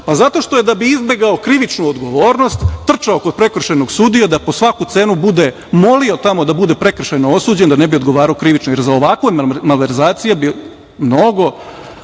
Pa, zato što je, da bi izbegao krivičnu odgovornost, trčao kod prekršajnog sudiju da po svaku cenu bude, molio tamo da bude prekršajno osuđen da ne bi odgovarao krivično, jer za ovakvu malverzaciju bi mnogo